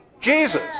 Jesus